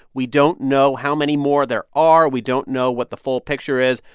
we don't know how many more there are. we don't know what the full picture is.